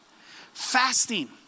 fasting